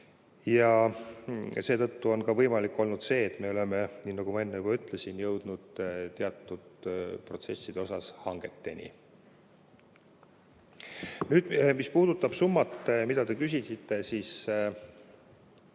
Seetõttu on ka võimalik olnud see, et me oleme, nii nagu ma enne juba ütlesin, jõudnud teatud protsesside puhul hangeteni. Mis puudutab summat, mille kohta te küsisite, siis